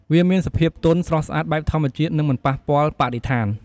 វាមានសភាពទន់ ស្រស់ស្អាតបែបធម្មជាតិ និងមិនប៉ះពាល់បរិស្ថាន។